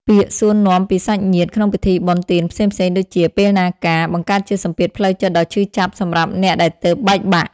ពាក្យសួរនាំពីសាច់ញាតិក្នុងពិធីបុណ្យទានផ្សេងៗ ដូចជា "ពេលណាការ?" បង្កើតជាសម្ពាធផ្លូវចិត្តដ៏ឈឺចាប់សម្រាប់អ្នកដែលទើបបែកបាក់។